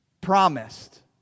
promised